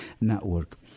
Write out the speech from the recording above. Network